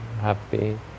happy